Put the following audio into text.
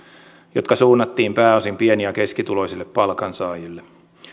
jotka suunnattiin pääosin pieni ja keskituloisille palkansaajille